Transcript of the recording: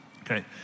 Okay